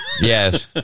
yes